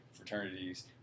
fraternities